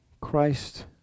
Christ